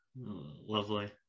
lovely